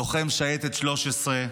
לוחם שייטת 13,